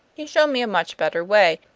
he showed me a much better way,